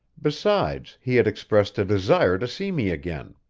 besides, he had expressed a desire to see me again.